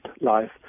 life